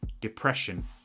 depression